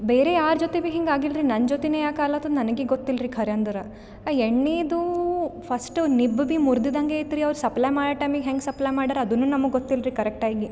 ಬೇರೆ ಯಾರ ಜೊತೆ ಬಿ ಹಿಂಗಾಗಿಲ್ರಿ ನನ್ನ ಜೊತೆನೇ ಯಾಕೆ ಆಲಾತದೆ ನನಗೆ ಗೊತ್ತಿಲ್ರಿ ಖರೇ ಅಂದ್ರೆ ಆ ಎಣ್ಣೆದು ಫಸ್ಟ್ ನಿಬ್ ಬಿ ಮುರ್ದಿದ್ದಂಗೆ ಇತ್ತು ರೀ ಅವ್ರು ಸಪ್ಲೈ ಮಾಡೊ ಟೈಮಿಗೆ ಹೆಂಗೆ ಸಪ್ಲೈ ಮಾಡೊರ್ ಅದನ್ನು ನಮ್ಗೆ ಗೊತ್ತಿಲ್ರಿ ಕರೆಕ್ಟಾಗಿ